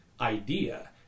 idea